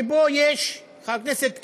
במקטע שבו יש עיכוב, חבר הכנסת כבל.